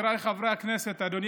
ואתה,